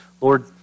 Lord